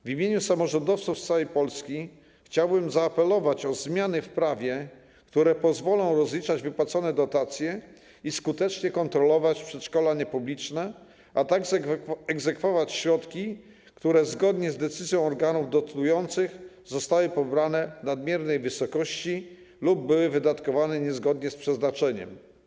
W imieniu samorządowców z całej Polski chciałbym zaapelować o zmiany w prawie, które pozwolą rozliczać wypłacone dotacje i skutecznie kontrolować przedszkola niepubliczne, a także egzekwować środki, które zgodnie z decyzją organów dotujących zostały pobrane w nadmiernej wysokości lub były wydatkowane niezgodnie z przeznaczeniem.